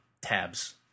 tabs